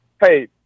hey